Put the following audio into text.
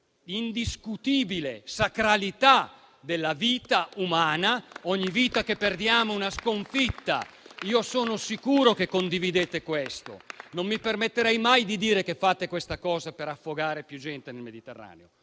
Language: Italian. l'indiscutibile sacralità della vita umana. Ogni vita che perdiamo è una sconfitta: sono sicuro che condividiate questo e non mi permetterei mai di dire che fate questa cosa per affogare più gente nel Mediterraneo.